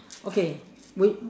okay we